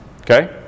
Okay